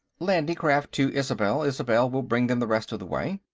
landing-craft to isobel isobel will bring them the rest of the way.